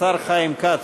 השר חיים כץ,